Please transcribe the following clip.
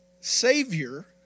Savior